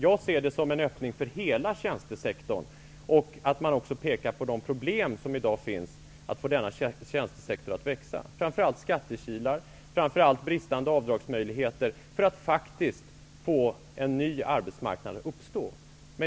Jag ser det som en öppning för hela tjänstesektorn. Man pekar på de problem som i dag finns att få denna tjänstesektor att växa -- det handlar framför allt om skattekilar och brister beträffande avdragsmöjligheter -- och få en ny arbetsmarknad att uppstå.